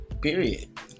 period